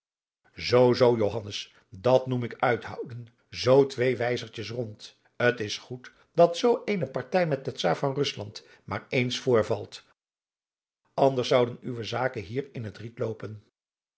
zoo zoo johannes dat noem ik uithouden zoo twee wijzertjes rond t is goed dat zoo eene partij met den czaar van rusland maar eens voorvalt anders zouden uwe zaken hier in het riet loopen